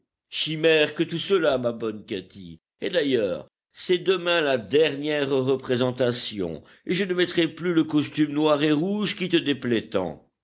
chimères que tout cela ma bonne katy et d'ailleurs c'est demain la dernière représentation et je ne mettrai plus le costume noir et rouge qui te déplaît tant